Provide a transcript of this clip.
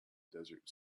desert